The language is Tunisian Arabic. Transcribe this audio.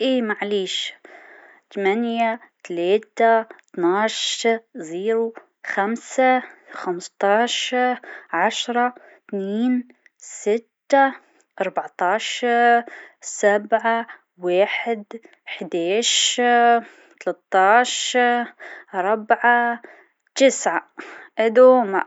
عادةً، نقرأ حوالي عشر كتب في السنة. خلال حياتي، نقدر نقول قرأت حوالي متين كتاب. القراءة تفتح الآفاق وتخلي الواحد يتعلم برشة أشياء جديدة.